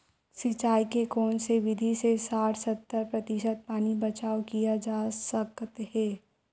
सिंचाई के कोन से विधि से साठ सत्तर प्रतिशत पानी बचाव किया जा सकत हे?